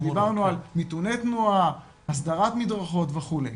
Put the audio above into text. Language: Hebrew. כשדיברנו על מיתוני תנועה, הסדרת מדרכות וכולי.